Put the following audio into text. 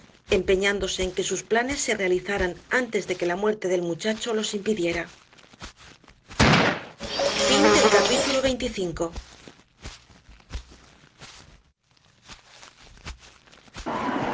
empeñándose en que sus planes se realizaran antes de que la muerte del muchacho los impidiera capítulo